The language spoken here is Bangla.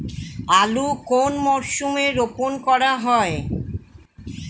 আলু কোন মরশুমে রোপণ করা হয়?